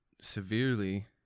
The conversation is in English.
severely